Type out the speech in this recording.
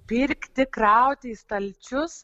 pirkti krauti į stalčius